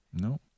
No